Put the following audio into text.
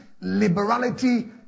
liberality